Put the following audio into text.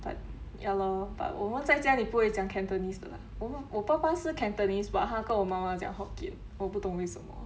but ya lor but 我们在家里不会讲 cantonese 的啦我们我爸爸是 cantonese but 他跟我妈妈讲 hokkien 我不懂为什么